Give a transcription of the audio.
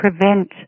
prevent